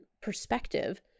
perspective